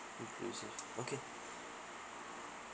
inclusive okay